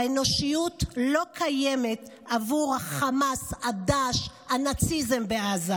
האנושיות לא קיימת עבור החמאס-הדאעש- הנאציזם בעזה,